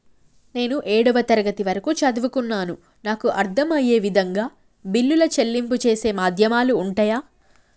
నేను ఏడవ తరగతి వరకు చదువుకున్నాను నాకు అర్దం అయ్యే విధంగా బిల్లుల చెల్లింపు చేసే మాధ్యమాలు ఉంటయా?